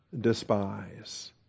despise